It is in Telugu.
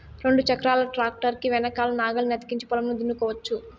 రెండు చక్రాల ట్రాక్టర్ కి వెనకల నాగలిని అతికించి పొలంను దున్నుకోవచ్చు